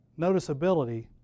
noticeability